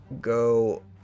go